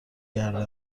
کرده